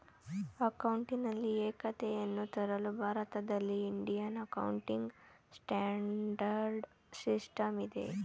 ಅಕೌಂಟಿನಲ್ಲಿ ಏಕತೆಯನ್ನು ತರಲು ಭಾರತದಲ್ಲಿ ಇಂಡಿಯನ್ ಅಕೌಂಟಿಂಗ್ ಸ್ಟ್ಯಾಂಡರ್ಡ್ ಸಿಸ್ಟಮ್ ಇದೆ